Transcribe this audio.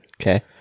Okay